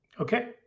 Okay